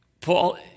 Paul